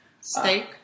Steak